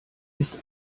ist